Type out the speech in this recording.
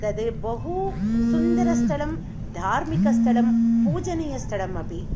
तद् बहु सुन्दरस्थलं धार्मिकस्थलं पूजनीयस्थलम् अपि